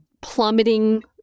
plummeting